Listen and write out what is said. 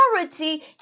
authority